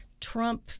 Trump